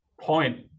point